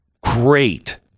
great